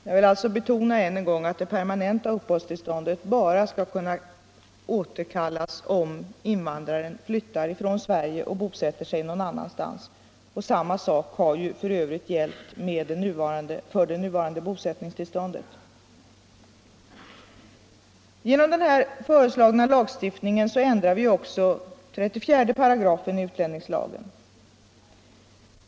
Jag vill alltså betona än en gång att det permanenta uppehållstillståndet bara skall kunna återkallas om invandraren flyttar från Sverige och bosätter sig någon annanstans. Samma sak har f. ö. gällt för det nuvarande bosättningstillståndet. Genom den föreslagna lagstiftningen ändrar vi också 345 i utlänningslagen.